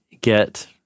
get